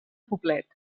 poblet